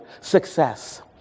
success